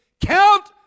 count